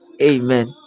Amen